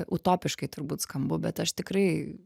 utopiškai turbūt skambu bet aš tikrai